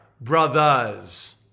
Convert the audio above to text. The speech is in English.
brothers